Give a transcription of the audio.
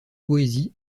poésie